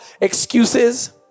excuses